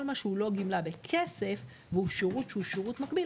כל מה שהוא לא גמלה בכסף והוא שירות שהוא שירות מקביל,